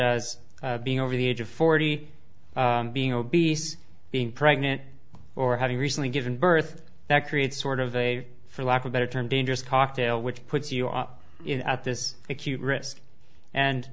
as being over the age of forty being obese being pregnant or having recently given birth that creates sort of a for lack of better term dangerous cocktail which puts you up in at this acute risk and